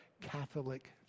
Catholic